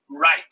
right